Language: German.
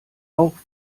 auch